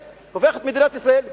שהופכת את מדינת ישראל לכנופיה,